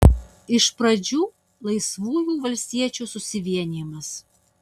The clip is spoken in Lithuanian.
iš pradžių laisvųjų valstiečių susivienijimas